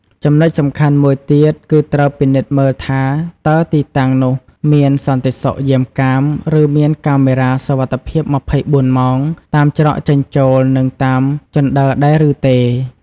ចំណុចសំខាន់មួយទៀត គឺត្រូវពិនិត្យមើលថា តើទីតាំងនោះមានសន្តិសុខយាមកាម ឬមានកាមេរ៉ាសុវត្ថិភាព ២៤ម៉ោង តាមច្រកចេញចូល និងតាមជណ្តើរដែរឬទេ។